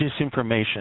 disinformation